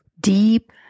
Deep